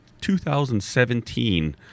2017